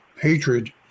hatred